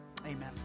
Amen